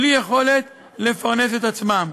בלי יכולת לפרנס את עצמן.